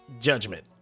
judgment